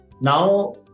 Now